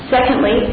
Secondly